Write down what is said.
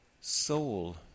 soul